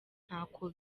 ntako